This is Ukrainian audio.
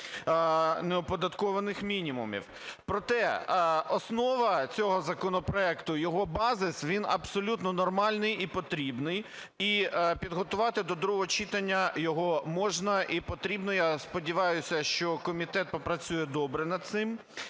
неоподаткованих мінімумів. Проте, основа цього законопроекту його базис, він абсолютно нормальний і потрібний. І підготувати до другого читання його можна і потрібно. Я сподіваюся, що комітет попрацює добре над цим.